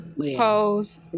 pose